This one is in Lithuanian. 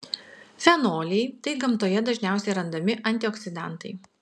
fenoliai tai gamtoje dažniausiai randami antioksidantai